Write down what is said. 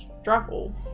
struggle